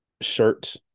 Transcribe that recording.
shirt